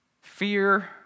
Fear